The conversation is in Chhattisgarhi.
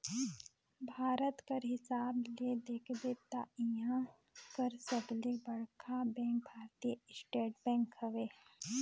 भारत कर हिसाब ले देखबे ता इहां कर सबले बड़खा बेंक भारतीय स्टेट बेंक हवे